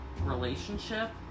relationship